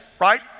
right